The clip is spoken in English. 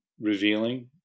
revealing